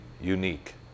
unique